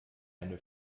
eine